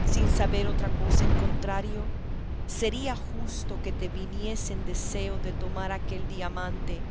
sin saber otra cosa en contrario sería justo que te viniese en deseo de tomar aquel diamante